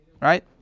right